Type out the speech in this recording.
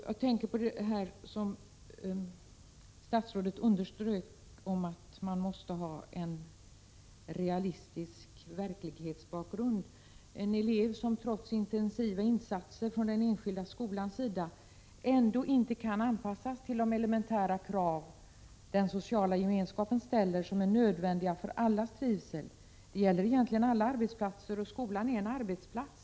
Jag tänker på Bengt Göranssons understrykande av att man måste ha en realistisk verklighetsbakgrund. Man måste vara medveten om att det kan vara fråga om elever som trots intensiva insatser från den enskilda skolans sida ändå inte kan anpassas till de elementära krav som den sociala gemenskapen ställer och som är nödvändiga för allas trivsel. Detta gäller egentligen alla arbetsplatser, och skolan är en arbetsplats.